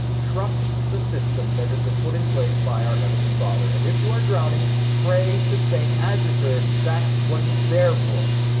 trust the system that has been put in place by our heavenly father, and if you are drowning, pray to st. adjutor, that's what he's there for.